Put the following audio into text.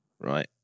right